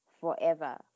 forever